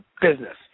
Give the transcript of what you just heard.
business